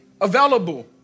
available